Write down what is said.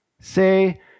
say